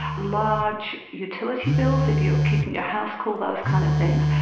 large utility bills if you're keeping your house cool, those kind of things,